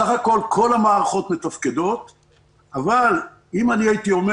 בסך הכול כל המערכות מתפקדות אבל אם הייתי אומר